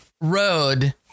Road